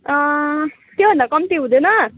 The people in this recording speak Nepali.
त्योभन्दा कम्ती हुँदैन